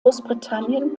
großbritannien